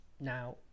Now